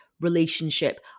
relationship